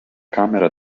camera